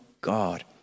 God